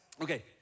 Okay